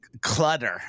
clutter